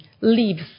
leaves